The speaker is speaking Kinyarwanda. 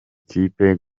kipe